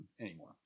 anymore